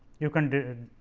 you can d